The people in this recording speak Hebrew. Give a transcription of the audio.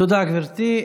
תודה, גברתי.